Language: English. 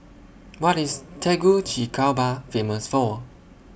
What IS Tegucigalpa Famous For